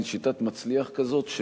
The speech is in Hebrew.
מין שיטת "מצליח" כזאת,